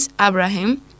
Abraham